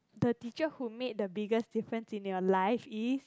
the teacher who made the biggest difference in your life is